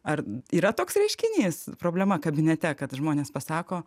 ar yra toks reiškinys problema kabinete kad žmonės pasako